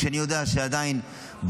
כשאני יודע שהן עדיין במכון,